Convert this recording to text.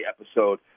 episode